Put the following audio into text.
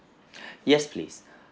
yes please